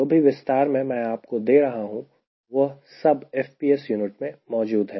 जो भी विस्तार मैं आपको दे रहा हूं वह सब FPS unit में मौजूद है